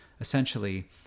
essentially